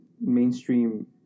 mainstream